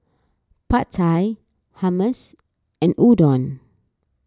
Pad Thai Hummus and Udon